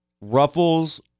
Ruffles